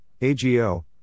AGO